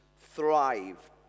thrive